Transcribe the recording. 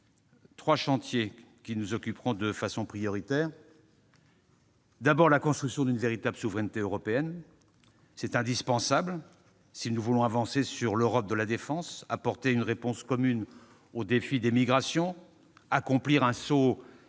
trois chantiers nous occuperont de façon prioritaire. Le premier consiste à construire une véritable souveraineté européenne. Elle est indispensable si nous voulons avancer sur l'Europe de la défense, apporter une réponse commune au défi des migrations, accomplir un saut